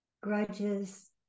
grudges